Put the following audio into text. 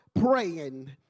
Praying